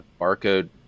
barcode